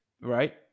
Right